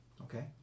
Okay